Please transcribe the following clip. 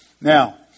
Now